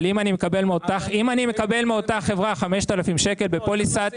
אבל אם אני מקבל מאותה חברה 5,000 שקלים בפוליסת